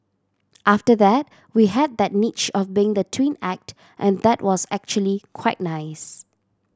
after that we had that niche of being the twin act and that was actually quite nice